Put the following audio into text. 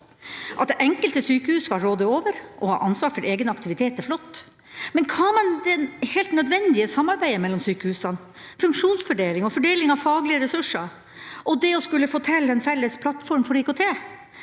det enkelte sykehus skal råde over og ha ansvar for egen aktivitet, er flott, men hva med det helt nødvendige samarbeidet mellom sykehusene, funksjonsfordeling og fordeling av faglige ressurser og det å skulle få til en felles plattform for IKT?